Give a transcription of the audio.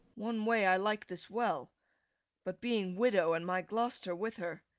one way i like this well but being widow, and my gloster with her,